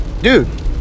dude